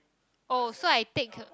oh so I take